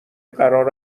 قرار